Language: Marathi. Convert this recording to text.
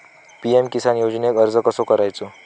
पी.एम किसान योजनेक अर्ज कसो करायचो?